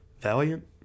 Valiant